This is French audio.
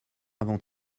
avant